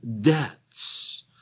debts